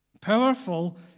Powerful